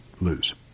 lose